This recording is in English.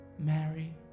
mary